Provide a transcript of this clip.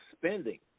spending